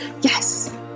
Yes